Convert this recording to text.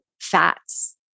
fats